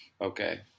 Okay